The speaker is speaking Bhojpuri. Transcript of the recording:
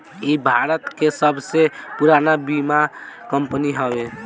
इ भारत के सबसे पुरान बीमा कंपनी हवे